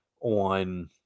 on –